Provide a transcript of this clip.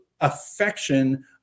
affection